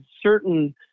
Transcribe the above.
certain